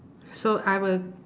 so I will